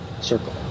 circle